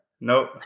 Nope